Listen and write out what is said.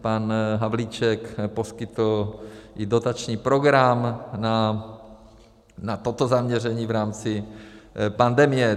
Pan Havlíček poskytl i dotační program na toto zaměření v rámci pandemie.